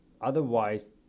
otherwise